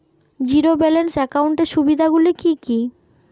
Zero balance একাউন্টের সুবিধা গুলি কি কি?